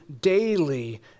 daily